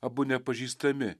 abu nepažįstami